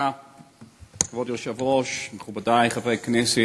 כבוד היושב-ראש, תודה, מכובדי חברי הכנסת,